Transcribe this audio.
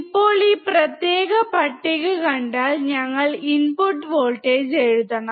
ഇപ്പോൾ ഈ പ്രത്യേക പട്ടിക കണ്ടാൽ ഞങ്ങൾ ഇൻപുട്ട് വോൾട്ടേജ് എഴുതണം